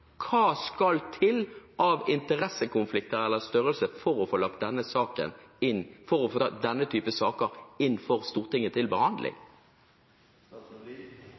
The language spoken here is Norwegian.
Hva skal til av interessekonflikter, eller størrelse på disse, for å få denne typen saker til behandling i Stortinget? Det er ikke riktig av meg å